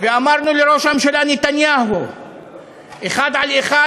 ואמרנו לראש הממשלה נתניהו אחד על אחד,